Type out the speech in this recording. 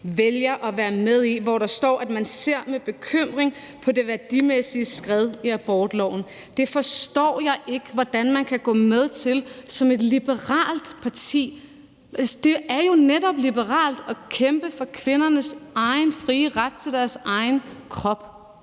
vælger at være med i, og hvor der står, at man ser med bekymring på det værdimæssige skred i abortloven. Det forstår jeg ikke hvordan man kan vel gå med til som et liberalt parti. Det er jo netop liberalt at kæmpe for kvindernes egen frie ret til deres egen krop.